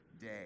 day